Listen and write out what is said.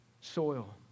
soil